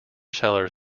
sellers